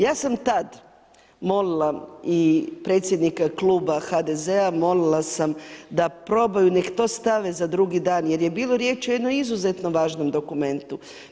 Ja sam tada molila i predsjednika Kluba HDZ-a, molila sam da probaju, nek to stave za drugi dan, jer je bilo riječ o jednom izuzetno važnom dokumentu.